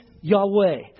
Yahweh